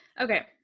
okay